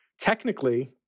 technically